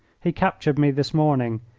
he captured me this morning,